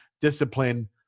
discipline